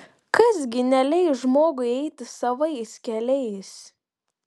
kas gi neleis žmogui eiti savais keliais